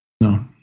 no